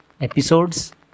episodes